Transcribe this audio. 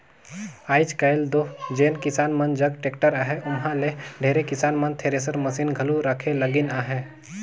आएज काएल दो जेन किसान मन जग टेक्टर अहे ओमहा ले ढेरे किसान मन थेरेसर मसीन घलो रखे लगिन अहे